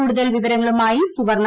കൂടുതൽ വിവരങ്ങളുമായി സുവർണ